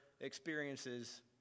experiences